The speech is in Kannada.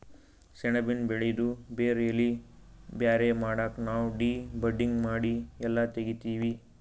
ಸೆಣಬಿನ್ ಬೆಳಿದು ಬೇರ್ ಎಲಿ ಬ್ಯಾರೆ ಮಾಡಕ್ ನಾವ್ ಡಿ ಬಡ್ಡಿಂಗ್ ಮಾಡಿ ಎಲ್ಲಾ ತೆಗಿತ್ತೀವಿ